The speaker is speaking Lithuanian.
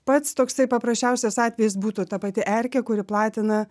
pats toksai paprasčiausias atvejis būtų ta pati erkė kuri platina